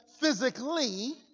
physically